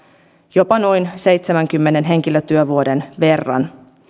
jopa noin seitsemänkymmenen henkilötyövuoden verran